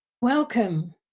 Welcome